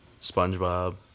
Spongebob